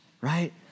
right